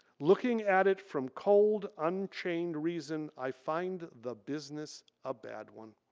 looking at it from cold unchained reason i find the business a bad one.